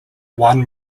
one